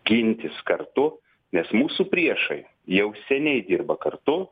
gintis kartu nes mūsų priešai jau seniai dirba kartu